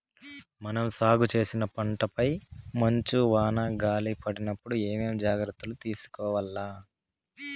మనం సాగు చేసిన పంటపై మంచు, వాన, గాలి పడినప్పుడు ఏమేం జాగ్రత్తలు తీసుకోవల్ల?